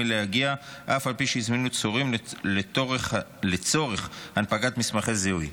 מלהגיע אף על פי שהזמינו תורים לצורך הנפקת מסמכי זיהוי.